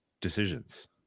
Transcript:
decisions